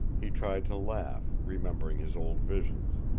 he tried to laugh, remembering his old visions.